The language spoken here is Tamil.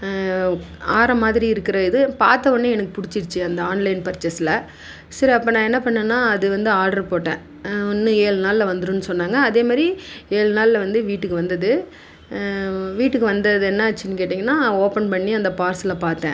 ஆரம் மாதிரி இருக்கிற இது பார்த்தவோனே எனக்கு பிடிச்சிடுச்சி அந்த ஆன்லைன் பர்ச்சேஸில் சரி அப்போ நான் என்ன பண்ணிணேன்னா அது வந்து ஆட்ரு போட்டேன் இன்னும் ஏழு நாளில் வந்துடுனு சொன்னாங்க அதே மாதிரி ஏழு நாளில் வந்து வீட்டுக்கு வந்தது வீட்டுக்கு வந்தது என்னாச்சுன்னு கேட்டிங்கன்னால் ஓப்பன் பண்ணி அந்த பார்செல்லை பார்த்தேன்